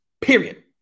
period